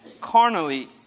carnally